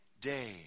day